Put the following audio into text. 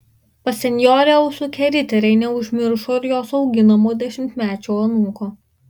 pas senjorę užsukę riteriai neužmiršo ir jos auginamo dešimtmečio anūko